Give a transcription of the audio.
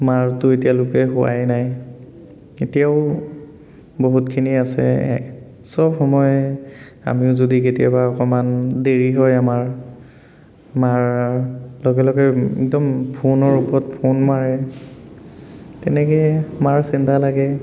মাৰটো এতিয়ালৈকে হোৱাই নাই এতিয়াও বহুতখিনি আছে চব সময় আমিও যদি কেতিয়াবা অকণমান দেৰি হয় আমাৰ মাৰ লগে লগে একদম ফোনৰ ওপৰত ফোন মাৰে তেনেকেই মাৰ চিন্তা লাগে